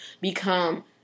become